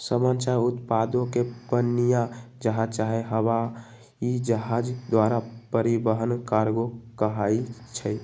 समान चाहे उत्पादों के पनीया जहाज चाहे हवाइ जहाज द्वारा परिवहन कार्गो कहाई छइ